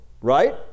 Right